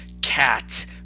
Cat